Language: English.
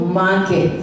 market